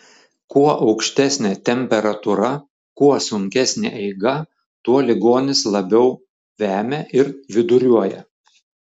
kuo aukštesnė temperatūra kuo sunkesnė eiga tuo ligonis labiau vemia ir viduriuoja